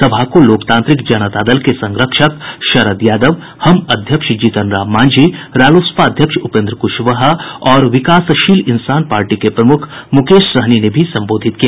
सभा को लोकतांत्रिक जनता दल के संरक्षक शरद यादव हम अध्यक्ष जीतन राम मांझी रालोसपा अध्यक्ष उपेंद्र कुशवाहा और विकासशील इंसान पार्टी के प्रमुख मुकेश सहनी ने भी संबोधित किया